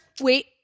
Wait